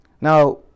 Now